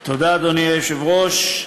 תודה, אדוני היושב-ראש,